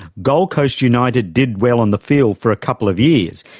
gold coast united did well on the field for a couple of years,